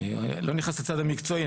אני לא נכנס לצד המקצועי,